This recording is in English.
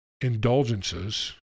indulgences